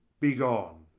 be gone.